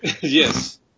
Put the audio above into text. Yes